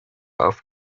off